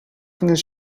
gingen